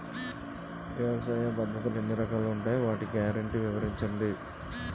వ్యవసాయ పద్ధతులు ఎన్ని రకాలు ఉంటాయి? వాటి గ్యారంటీ వివరించండి?